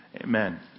amen